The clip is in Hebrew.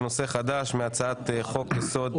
טענות לנושא חדש מהצעת חוק יסוד השפיטה.